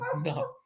No